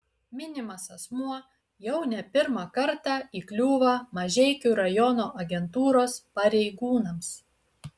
minimas asmuo jau ne pirmą kartą įkliūva mažeikių rajono agentūros pareigūnams